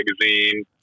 magazine